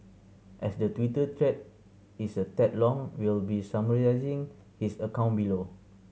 as the Twitter thread is a tad long we'll be summarising his account below